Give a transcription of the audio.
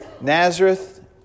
Nazareth